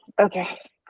Okay